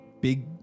big